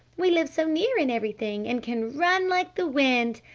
we live so near and everything. and can run like the wind!